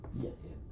Yes